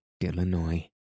Illinois